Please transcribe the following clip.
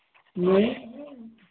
नहीं